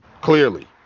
Clearly